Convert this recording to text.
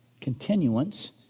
Continuance